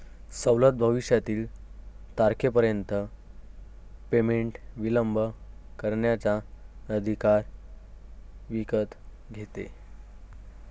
सवलत भविष्यातील तारखेपर्यंत पेमेंट विलंब करण्याचा अधिकार विकत घेते